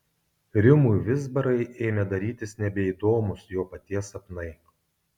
rimui vizbarai ėmė darytis nebeįdomūs jo paties sapnai